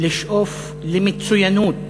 לשאוף למצוינות